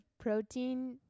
protein